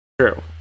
True